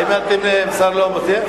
האם המשרד לא, ?